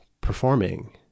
performing